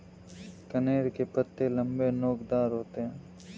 कनेर के पत्ते लम्बे, नोकदार होते हैं